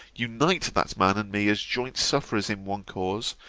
unite that man and me as joint sufferers in one cause,